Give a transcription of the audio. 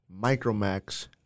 Micromax